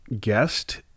guest